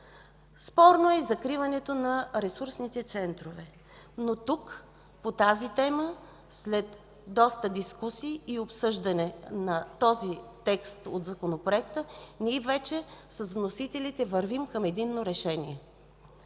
Спорно е и закриването на ресурсните центрове. Тук обаче, по тази тема, след доста дискусии и обсъждане на този текст от Законопроекта, ние вече вървим към единно решение